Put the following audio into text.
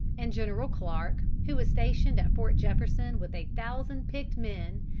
and general clark, who was stationed at fort jefferson with a thousand picked men,